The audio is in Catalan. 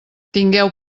tingueu